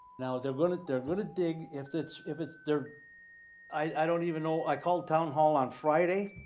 now they're gonna they're gonna dig if it's if it's their, i don't even know, i called town hall on friday,